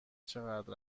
چقدر